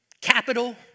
capital